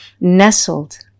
nestled